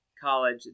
College